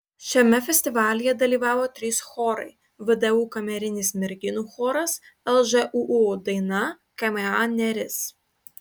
šiame festivalyje dalyvavo trys chorai vdu kamerinis merginų choras lžūu daina kma neris